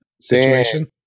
situation